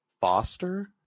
foster